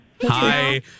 Hi